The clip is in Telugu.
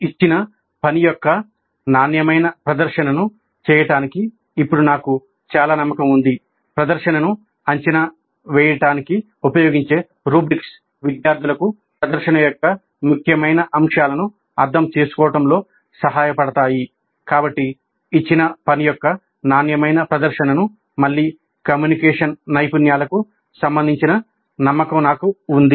ఇచ్చిన పని యొక్క నాణ్యమైన ప్రదర్శనను చేయడానికి ఇప్పుడు నాకు చాలా నమ్మకం ఉంది